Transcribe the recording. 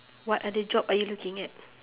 what other job are you looking at